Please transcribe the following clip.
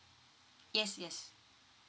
yes yes